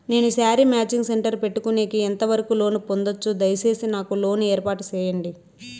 నేను sari matching centre పెట్టుకునేకి ఎంత వరకు లోను పొందొచ్చు? దయసేసి నాకు లోను ఏర్పాటు సేయండి?